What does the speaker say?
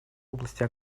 области